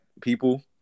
people